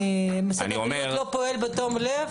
משרד הבריאות לא פועל בתום-לב?